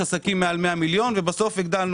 יש עסקים מעל 100 מיליון ובסוף הגדלנו